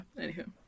Anywho